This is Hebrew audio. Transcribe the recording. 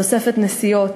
תוספת נסיעות,